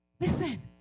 Listen